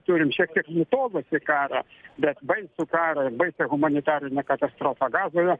turim šiek tiek nutolusį karą bet baisų karą ir baisią humanitarinę katastrofą gazoje